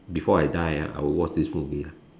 before I die ah I would watch this movie ah